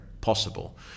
possible